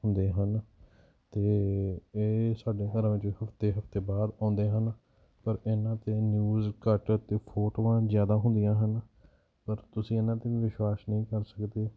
ਹੁੰਦੇ ਹਨ ਅਤੇ ਇਹ ਸਾਡੇ ਘਰਾਂ ਵਿੱਚ ਹਫ਼ਤੇ ਹਫ਼ਤੇ ਬਾਅਦ ਆਉਂਦੇ ਹਨ ਪਰ ਇਹਨਾਂ 'ਤੇ ਨਿਊਜ ਘੱਟ ਅਤੇ ਫੋਟੋਆਂ ਜ਼ਿਆਦਾ ਹੁੰਦੀਆਂ ਹਨ ਪਰ ਤੁਸੀਂ ਇਹਨਾਂ 'ਤੇ ਵਿਸ਼ਵਾਸ ਨਹੀਂ ਕਰ ਸਕਦੇ